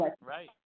right